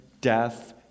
death